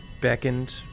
beckoned